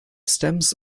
stems